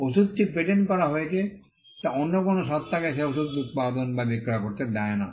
ওষুধটি পেটেন্ট করা হয়েছে তা অন্য কোনও সত্তাকে সেই ওষুধ উত্পাদন বা বিক্রয় করতে দেয় না